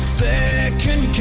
second